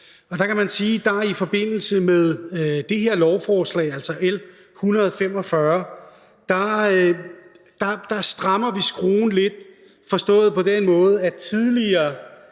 Og der kan man sige, at i forbindelse med det her lovforslag, altså L 145, strammer vi skruen lidt, forstået på den måde, at tidligere